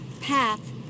path